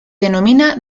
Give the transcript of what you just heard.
denomina